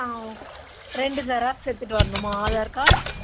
ஆ okay ரெண்டு xerox எடுத்துட்டு வரணுமா ஆதார் கார்ட்